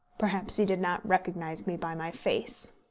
perhaps he did not recognise me by my face.